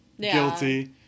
guilty